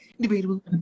Debatable